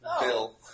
Bill